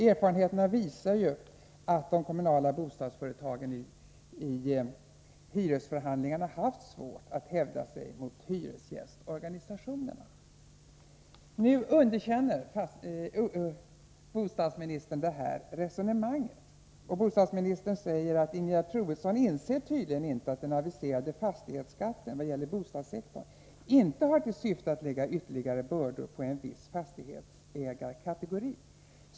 Erfarenheterna visar ju att de kommunala bostadsföretagen har haft svårt att hävda sig mot hyresgästorganisationerna vid hyresförhandlingarna. Nu underkänner bostadsministern det här resonemanget. Han sade: ”Ingegerd Troedsson inser tydligen inte att den aviserade fastighetsskatten — i vad gäller bostadssektorn — inte har till syfte att lägga ytterligare bördor på en viss fastighetsägarkategori.